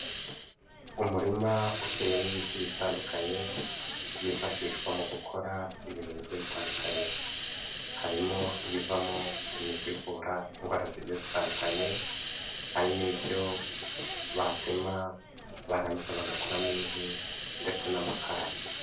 Umurima uteyemo ibiti bitandukanye byifashishwa mu gukora ibintu bigiye bitandukanye harimo ibivamo imiti ivura indwara zigiye zitandukanye hari n'ibyo bahatema barangiza bagakuramo inkwi ndetse n'amakara.